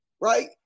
right